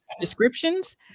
descriptions